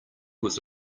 was